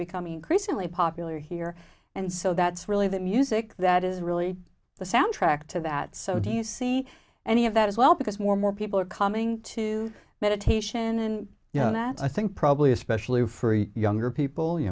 becoming increasingly popular here and so that's really the music that is really the soundtrack to that so do you see any of that as well because more and more people are coming to meditation you know that i think probably especially free younger people you